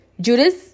judas